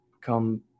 come